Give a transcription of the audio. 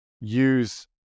use